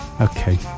Okay